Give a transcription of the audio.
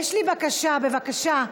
יש לי בקשה, בבקשה,